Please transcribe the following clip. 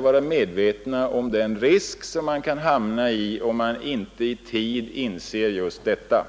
vara väl medvetna om den risksituation man kan hamna i om man inte i tid inser just detta.